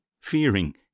fearing